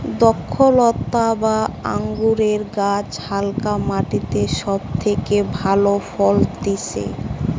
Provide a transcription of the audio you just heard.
দ্রক্ষলতা বা আঙুরের গাছ হালকা মাটিতে সব থেকে ভালো ফলতিছে